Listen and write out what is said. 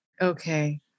Okay